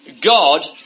God